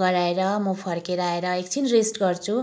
गराएर म फर्किएर आएर एकछिन रेस्ट गर्छु